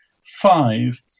five